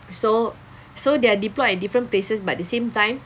so so they are deployed at different places but the same time